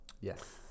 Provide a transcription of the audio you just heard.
Yes